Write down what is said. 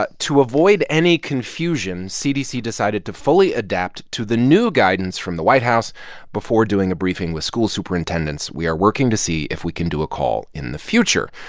but to avoid any confusion, cdc decided to fully adapt to the new guidance from the white house before doing a briefing with school superintendents we are working to see if we can do a call in the future.